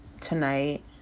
tonight